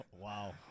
wow